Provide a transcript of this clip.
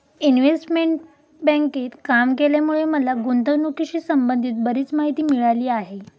investment बँकेत काम केल्यामुळे मला गुंतवणुकीशी संबंधित बरीच माहिती मिळाली आहे